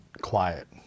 Quiet